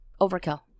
Overkill